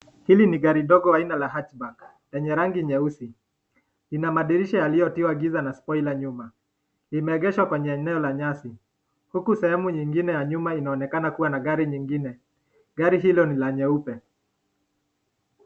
Hili ni gari ndogo aina Hatbunk lenye rangi nyeusi, ina madirisha yaliyo tiwa giza na spoiler nyuma, imeegeshwa kwenye eneo la nyasi. Huku sehemu nyingine ya nyuma inaonekana kua na gari nyingine, gari hilo ni la nyeupe.